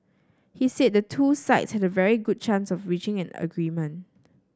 he said the two sides had a very good chance of reaching an agreement